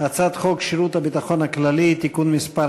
הצעת חוק שירות הביטחון הכללי (תיקון מס'